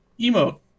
emote